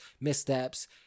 missteps